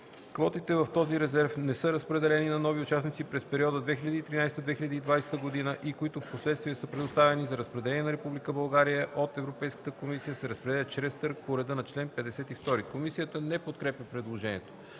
Квотите в този резерв, които не са разпределени на нови участници през периода 2013-2020 г. и които впоследствие са предоставени за разпределение на Република България от Европейската комисия, се разпределят чрез търг по реда на чл. 52.” Комисията не подкрепя предложението.